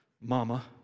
Mama